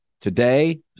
today